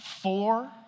four